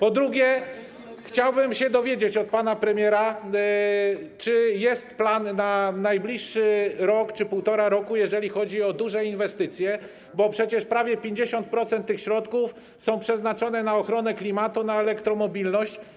Po drugie, chciałbym się dowiedzieć od pana premiera, czy jest plan na najbliższy rok czy półtora roku, jeżeli chodzi o duże inwestycje, bo przecież prawie 50% tych środków jest przeznaczonych na ochronę klimatu, na elektromobilność.